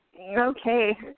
Okay